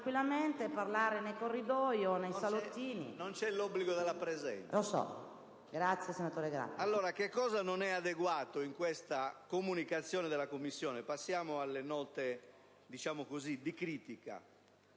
Non c'è l'obbligo della presenza.